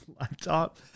laptop